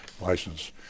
license